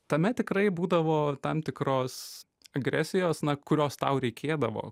tame tikrai būdavo tam tikros agresijos na kurios tau reikėdavo